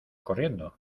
corriendo